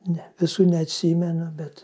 ne visų neatsimenu bet